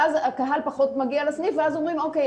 ואז הקהל פחות מגיע לסניף ואז אומרים: אוקיי,